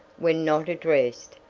when not addressed,